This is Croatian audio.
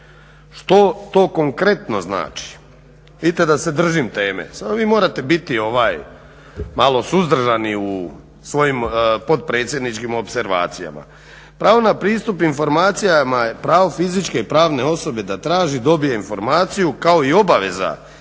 Što to konkretno znači? Vidite da se držim teme samo vi morate biti malo suzdržani u svojim potpredsjedničkim opservacijama. Pravo na pristup informacijama je pravo fizičke i pravne osobe da traži, dobije informaciju kao i obaveza tijela